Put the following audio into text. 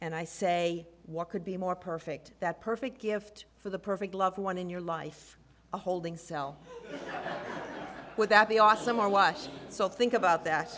and i say what could be more perfect that perfect gift for the perfect loved one in your life a holding cell without the awesome are watching so think about that